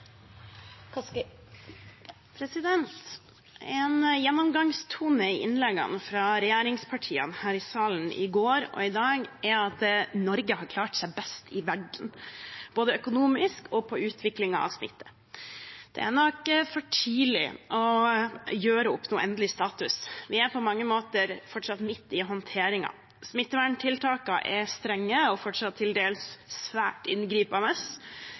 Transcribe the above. En gjennomgangstone i innleggene fra regjeringspartiene her i salen i går og i dag er at Norge har klart seg best i verden både økonomisk og når det gjelder utviklingen av smitte. Det er nok for tidlig å gjøre opp noen endelig status, vi er på mange måter fortsatt midt i håndteringen, smitteverntiltakene er strenge og fortsatt til dels svært inngripende.